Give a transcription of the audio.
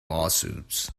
lawsuits